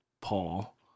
Paul